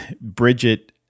Bridget